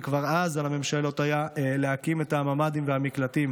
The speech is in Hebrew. וכבר אז היה על הממשלות להקים את הממ"דים והמקלטים,